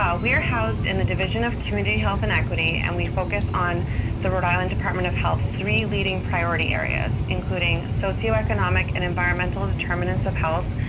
ah we're housed in the division of community health inequity, and we focus on the rhode island department of health's three leading priority areas, including socioeconomic and environmental determinants of health,